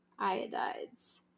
iodides